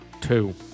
Two